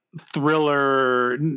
thriller